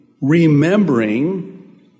remembering